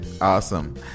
Awesome